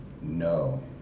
No